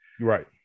Right